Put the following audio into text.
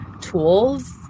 tools